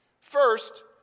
First